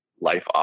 life